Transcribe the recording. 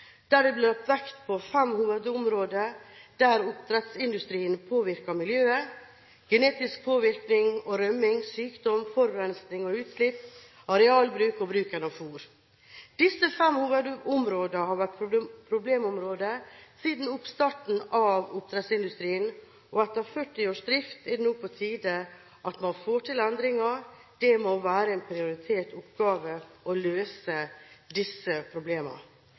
der det ble lagt vekt på fem hovedområder der oppdrettsindustrien påvirker miljøet: genetisk påvirkning og rømning, sykdom, forurensning og utslipp, arealbruk og bruken av fôr. Disse fem hovedområdene har vært problemområder siden oppstarten av oppdrettsindustrien, og etter 40 års drift er det nå på tide at man får til endringer. Det må være en prioritert oppgave å løse disse problemene.